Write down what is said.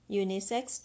unisex